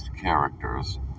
characters